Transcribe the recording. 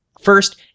First